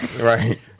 right